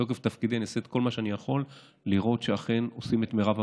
בתוקף תפקידי אעשה את כל מה שאני יכול לראות שאכן עושים את מרב המאמצים.